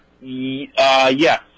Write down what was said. Yes